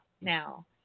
now